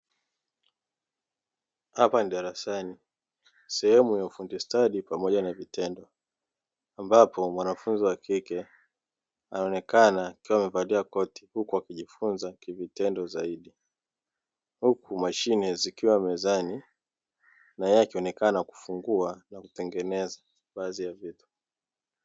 Hapa ni darasani sehemu ya ufundi stadi pamoja na vitendo, ambapo mwanafunzi wa kike anaonekana akiwa amevalia koti; huku akijifunza kivitendo zaidi, huku mashine zikiwa mezani na yeye akionekana akifungua na kutengeneza baadhi ya vitu.